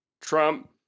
Trump